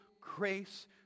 grace